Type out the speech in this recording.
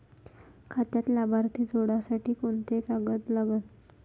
खात्यात लाभार्थी जोडासाठी कोंते कागद लागन?